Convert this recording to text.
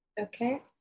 Okay